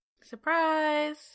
Surprise